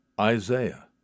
Isaiah